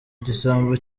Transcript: igisambo